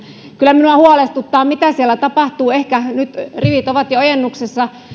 kyllä minua huolestuttaa mitä siellä tapahtuu ehkä nyt rivit ovat jo ojennuksessa